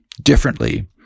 differently